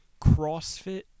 CrossFit